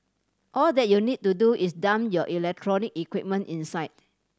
all that you need to do is dump your electronic equipment inside